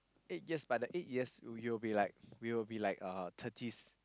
eight years but the eight years you'll be like we will be like uh thirties